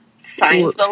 science